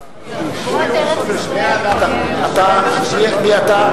החוק, כהצעת הוועדה,